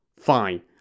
Fine